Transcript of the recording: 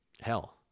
hell